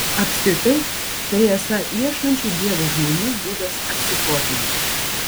apskritai tai esą ieškančių dievo žmonių būdas apsiforminti